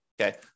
okay